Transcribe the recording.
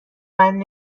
بند